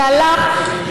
והלך,